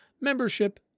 membership